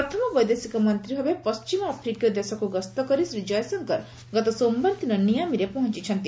ପ୍ରଥମ ବୈଦେଶିକ ମନ୍ତ୍ରୀ ଭାବେ ପଣ୍ଢିମ ଆଫ୍ରିକୀୟ ଦେଶକୁ ଗସ୍ତ କରି ଶ୍ରୀ କୟଶଙ୍କର ଗତ ସୋମବାର ଦିନ ନିଆଁମୀରେ ପହଞ୍ଚ୍ଚିଛନ୍ତି